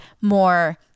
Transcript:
more